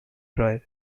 prior